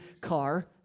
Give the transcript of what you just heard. car